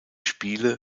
spiele